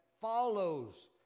follows